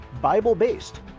Bible-based